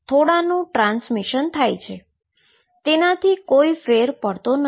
થોડાનું transmission થાય છે તેનાથી કોઈ ફેર પડતો નથી